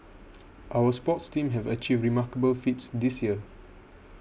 our sports teams have achieved remarkable feats this year